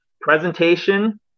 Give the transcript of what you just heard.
Presentation